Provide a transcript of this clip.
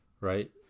right